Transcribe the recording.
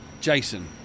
Jason